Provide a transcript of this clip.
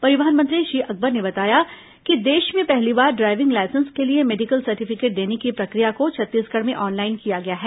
परिवहन मंत्री श्री अकबर ने बताया कि देश में पहली बार ड्राइविंग लाइसेन्स के लिए मेडिकल सर्टिफिकेट देने की प्रक्रिया को छत्तीसगढ़ में ऑनलाइन किया गया है